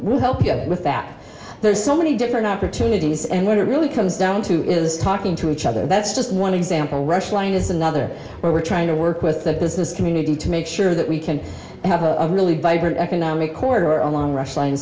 we'll help you with that there's so many different opportunities and what it really comes down to is talking to each other that's just one example rush line is another where we're trying to work with the business community to make sure that we can have a really vibrant economic quarter along rush lin